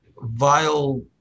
vile